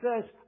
says